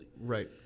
Right